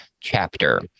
chapter